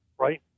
right